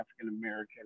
African-American